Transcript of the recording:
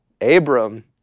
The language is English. Abram